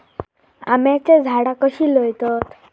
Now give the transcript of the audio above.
आम्याची झाडा कशी लयतत?